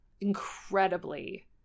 incredibly